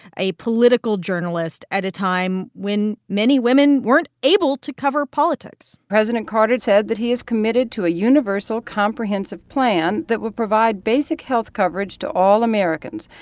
a political journalist at a time when many women weren't able to cover politics president carter said that he is committed to a universal, comprehensive plan that would provide basic health coverage to all americans.